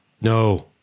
No